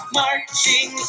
marching